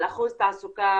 על אחוז תעסוקה,